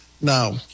Now